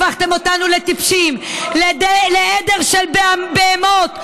הפכתם אותנו לטיפשים, לעדר של בהמות.